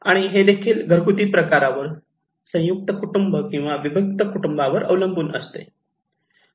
आणि हे देखील घरगुती प्रकारावर संयुक्त कुटुंब किंवा विभक्त कुटुंबावर अवलंबून असते